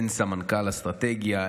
אין סמנכ"ל אסטרטגיה,